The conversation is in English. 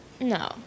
No